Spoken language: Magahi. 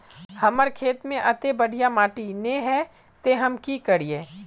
हमर खेत में अत्ते बढ़िया माटी ने है ते हम की करिए?